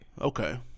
Okay